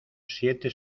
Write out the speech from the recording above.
siete